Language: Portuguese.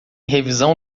revisão